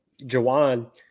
Jawan